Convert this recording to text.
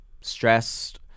stressed